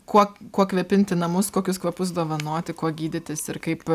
kuo kuo kvėpinti namus kokius kvapus dovanoti kuo gydytis ir kaip